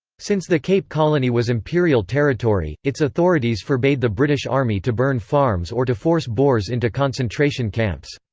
since the cape colony was imperial territory, its authorities forbade the british army to burn farms or to force boers into concentration camps.